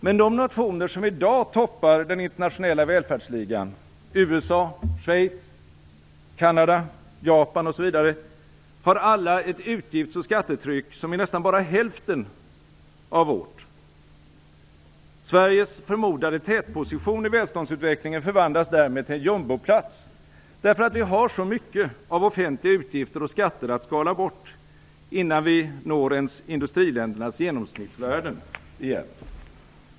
Men de nationer som i dag toppar den internationella välfärdsligan - USA, Schweiz, Kanada, Japan osv. - har alla ett utgifts och skattetryck som är nästan bara hälften av vårt. Sveriges förmodade tätposition i välståndsutvecklingen förvandlas därmed till en jumboplats, därför att vi har så mycket av offentliga utgifter och skatter att skala bort, innan vi når ens industriländernas genomsnittsvärden igen.